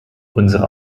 unsere